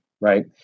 Right